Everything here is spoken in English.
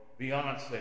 Beyonce